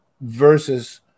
versus